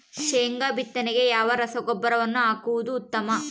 ಶೇಂಗಾ ಬಿತ್ತನೆಗೆ ಯಾವ ರಸಗೊಬ್ಬರವನ್ನು ಹಾಕುವುದು ಉತ್ತಮ?